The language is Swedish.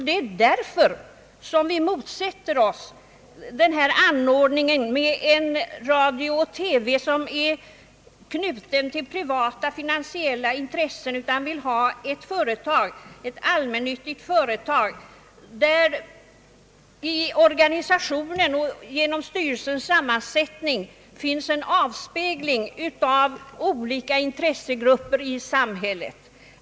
Det är också därför som vi motsätter oss denna anordning med en radio och TV, som är knuten till privata finansiella intressen, och vill ha ett allmännyttigt företag, där i organisationen och styrelsens sammansättning finns en avspegling av olika intressegrupper i samhället.